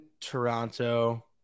Toronto